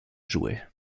jouer